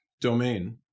domain